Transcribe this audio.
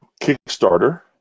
Kickstarter